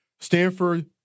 Stanford